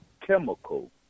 chemical